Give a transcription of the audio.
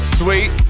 sweet